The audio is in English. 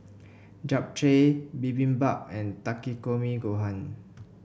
Japchae Bibimbap and Takikomi Gohan